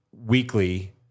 Weekly